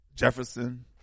Jefferson